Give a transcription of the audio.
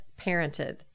Parented